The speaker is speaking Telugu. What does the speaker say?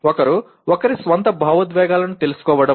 ఒకరు ఒకరి స్వంత భావోద్వేగాలను తెలుసుకోవడం